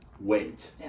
wait